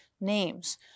names